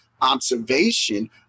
observation